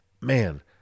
man